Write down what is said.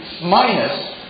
minus